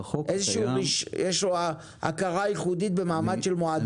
יש הכרה ייחודית במעמד של מועדון?